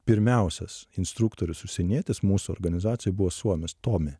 pirmiausias instruktorius užsienietis mūsų organizacijoj buvo suomis tome